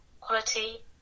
quality